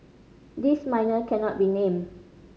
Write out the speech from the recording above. the minor cannot be named